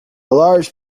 large